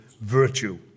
virtue